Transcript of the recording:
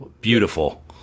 Beautiful